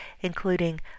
including